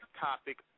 topic